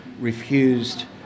refused